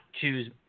choose